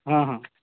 ହଁ ହଁ